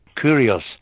curious